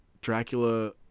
dracula